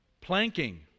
planking